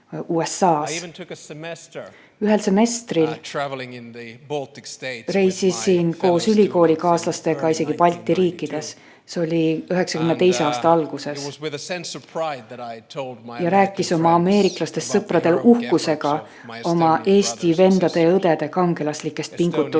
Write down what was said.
Ühel semestril reisisin koos ülikoolikaaslastega isegi Balti riikides, see oli 1992. aasta alguses, ja rääkisin oma ameeriklastest sõpradele uhkusega oma Eesti vendade ja õdede kangelaslikest pingutustest.